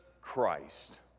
Christ